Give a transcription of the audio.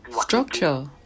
Structure